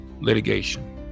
litigation